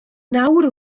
nawr